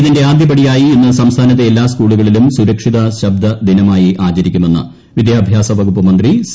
ഇതിന്റെ ആദ്യപ്ടിയായി ഇന്ന് സംസ്ഥാനത്തെ എല്ലാ സ്കൂളുകളിലും സുരക്ഷിത ശബ്ദ ദിനമായി ആചരിക്കുമെന്ന് വിദ്യാഭ്യാസ വകുപ്പ്മന്ത്രി സി